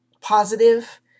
positive